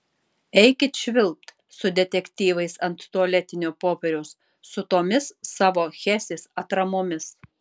eikit švilpt su detektyvais ant tualetinio popieriaus su tomis savo hesės atramomis